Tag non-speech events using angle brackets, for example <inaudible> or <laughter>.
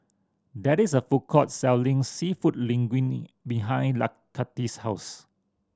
there is a food court selling Seafood Linguine behind <unintelligible> Kathie's house